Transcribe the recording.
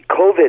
COVID